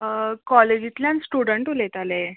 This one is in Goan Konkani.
कॉलेजींतल्यान स्टूडंट उलयतालें